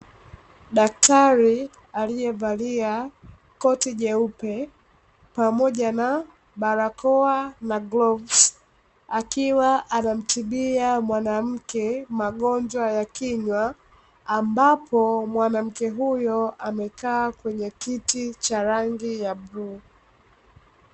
Daktari aliyevalia koti jeupe pamoja na barakoa na glovusi, akiwa anamtibia mwanamke magonjwa ya kinywa, ambapo mwanamke huyo amekaa kwenye kiti cha rangi ya bluu.